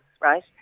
right